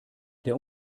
der